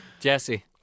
Jesse